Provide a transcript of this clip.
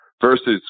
versus